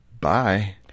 bye